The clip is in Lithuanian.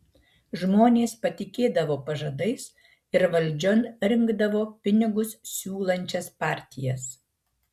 žmonės patikėdavo pažadais ir valdžion rinkdavo pinigus siūlančias partijas